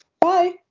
Bye